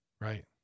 right